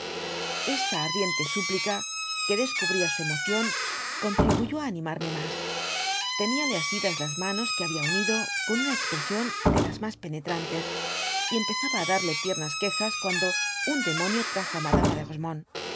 esta ardiente súplica que descubría su emoción contribuyó á animarme mas teníale asidas las manos que habia unido con una expresión de las mas penetrantes y empezaba á darle tiernas quejas cuando un demonio trajo á madama de